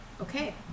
Okay